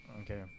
Okay